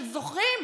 זוכרים?